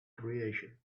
creation